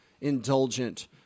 indulgent